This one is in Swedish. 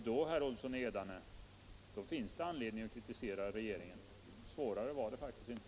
Då, herr Olsson i Edane, finns det anledning att kritisera regeringen. Svårare var det faktiskt inte.